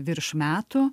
virš metų